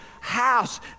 house